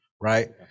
right